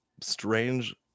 strange